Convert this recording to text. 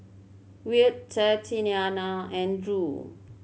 Wyatt Tatyana and Drew